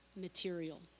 material